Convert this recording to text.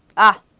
ah.